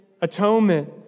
atonement